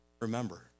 Remember